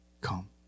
come